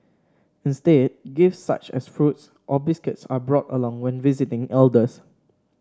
instead gifts such as fruits or biscuits are brought along when visiting elders